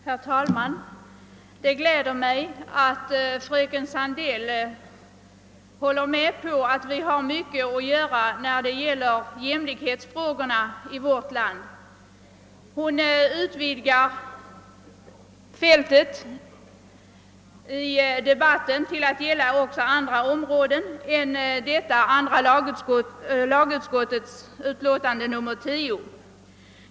Herr talman! Det glädjer mig att fröken Sandell håller med om att vi har mycket att göra i fråga om jämlikhetsproblemen i vårt land. Hon utvidgar fältet i debatten till att gälla även andra områden än andra lagutskottets utlåtande nr 10.